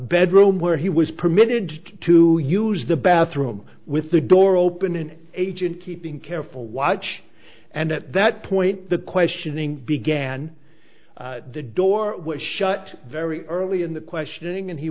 bedroom where he was permitted to use the bathroom with the door open an agent keeping careful watch and at that point the questioning began the door shut very early in the questioning and he